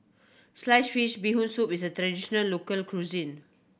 sliced fish Bee Hoon Soup is a traditional local cuisine